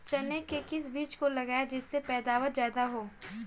चने के किस बीज को लगाएँ जिससे पैदावार ज्यादा हो?